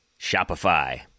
Shopify